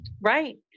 Right